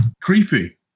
creepy